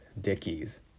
dickies